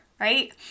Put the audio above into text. right